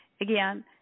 Again